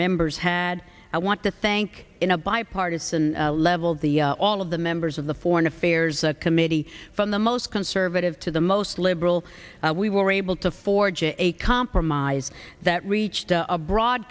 members had i want to thank in a bipartisan level the all of the members of the foreign affairs committee from the most conservative to the most liberal we were able to forge a compromise that reached a broad